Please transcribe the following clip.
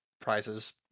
prizes